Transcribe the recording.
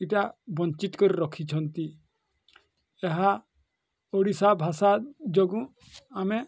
ଏଇଟା ବଞ୍ଚିତ୍ କରି ରଖିଛନ୍ତି ଏହା ଓଡ଼ିଶା ଭାଷା ଯୋଗୁଁ ଆମେ